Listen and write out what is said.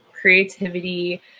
creativity